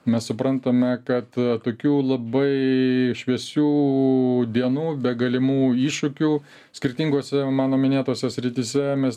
mes suprantame kad tokių labai šviesių dienų be galimų iššūkių skirtingose mano minėtose srityse mes